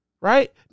right